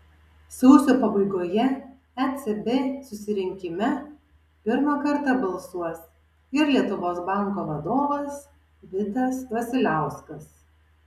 sausio pabaigoje ecb susirinkime pirmą kartą balsuos ir lietuvos banko vadovas vitas vasiliauskas